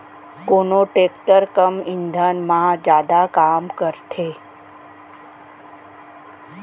कोन टेकटर कम ईंधन मा जादा काम करथे?